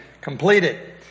completed